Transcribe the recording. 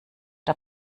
der